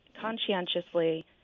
conscientiously